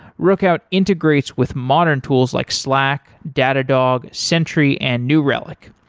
rookout integrates with modern tools like slack, datadog, sentry and new relic.